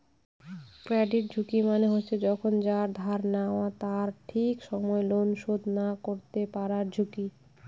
credit ঝুঁকি মানে হচ্ছে যখন যারা ধার নেয় তারা ঠিক সময় লোন শোধ না করতে পারার ঝুঁকি